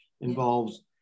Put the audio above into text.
involves